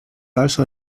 also